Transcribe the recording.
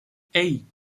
hey